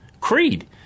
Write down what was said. creed